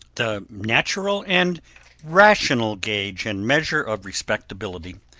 the natural and rational gauge and measure of respectability,